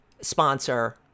sponsor